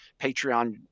Patreon